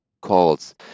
calls